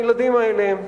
הילדים האלה,